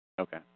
Okay